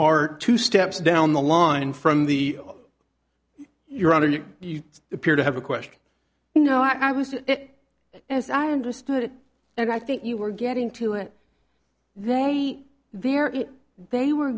are two steps down the line from the your honor you appear to have a question you know i was it as i understood it and i think you were getting to it they there they were